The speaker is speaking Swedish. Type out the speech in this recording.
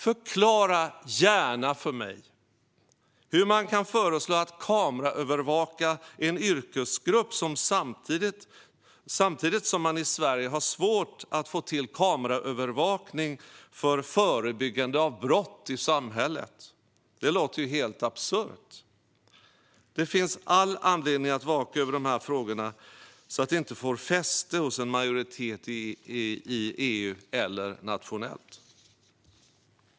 Förklara gärna för mig hur man kan föreslå att kameraövervaka en yrkesgrupp samtidigt som man i Sverige har svårt att få till kameraövervakning för förebyggande av brott i samhället. Det låter ju helt absurt! Det finns all anledning att vaka över de här frågorna så att de inte får fäste hos en majoritet i EU eller nationellt.